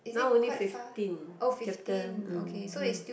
now only fifteen chapter mm